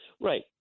right